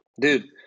dude